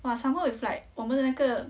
!wah! somemore with like 我们的那个